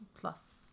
Plus